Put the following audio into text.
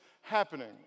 happening